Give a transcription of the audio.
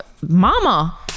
Mama